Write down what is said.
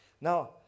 Now